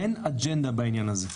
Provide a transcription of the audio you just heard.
אין אג'נדה בעניין הזה,